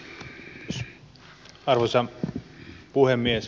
arvoisa puhemies